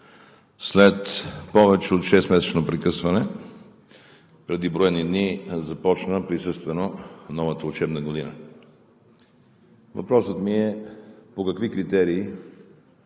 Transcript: След повече от шестмесечно прекъсване преди броени дни започна присъствено новата учебна година. Въпросът ми е: по какви критерии